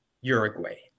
Uruguay